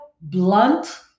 blunt